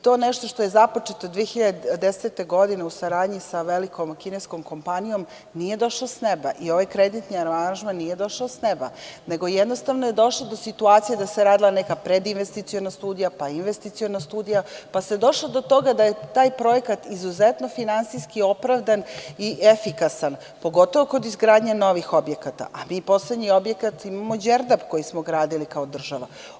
To je nešto što je započeto 2010. godine u saradnji sa velikom kineskom kompanijom, nije došlo s neba i ovaj kreditni aranžman nije došao sa neba, nego jednostavno je došlo do situacije da se radila neka predinvesticiona studija, pa investiciona studija, pa se došlo do toga da je taj projekat izuzetno finansijski opravdan i efikasan, pogotovo kod izgradnje novih objekata, a mi poslednji objekat imamo „Đerdap“, koji smo gradili kao država.